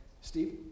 Steve